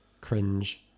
cringe